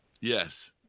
Yes